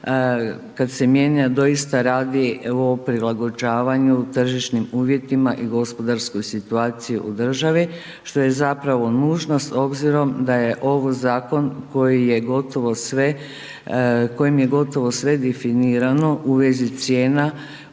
kad se mijenja, doista radi o prilagođavanju tržišnim uvjetima i gospodarskoj situaciji u državi što je zapravo nužnost obzirom da je ovo zakon kojim je gotovo sve definirano u vezi cijena